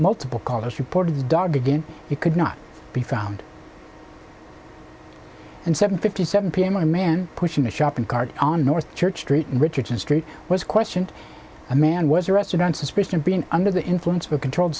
multiple callers reported the dog again it could not be found and seven fifty seven p m a man pushing a shopping cart on north church street in richardson street was questioned a man was arrested on suspicion of being under the influence of a controlled